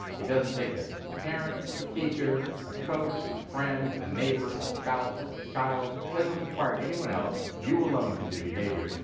it doesn't take a parent, a teacher, a coach, a friend, a neighbor, a spouse, a child it doesn't require anyone else, you alone can do behaviors,